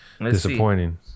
disappointing